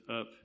up